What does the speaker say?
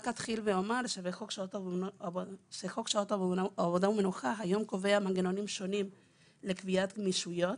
חוק שעות עבודה ומנוחה היום קובע מנגנונים שונים לקביעת גמישויות.